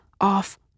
off